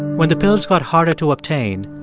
when the pills got harder to obtain,